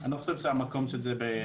אני לא חושב שהמקום של זה בחקיקה,